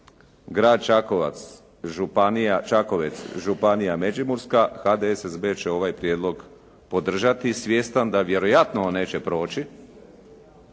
grad Čakovec, županija Međimurska, HDSSB će ovaj prijedlog podržati, svjestan da vjerojatno on neće proći,